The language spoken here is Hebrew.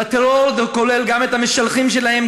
והטרור הזה כולל גם את המשלחים שלהם,